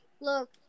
look